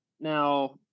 now